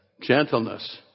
gentleness